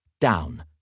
down